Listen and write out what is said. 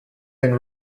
been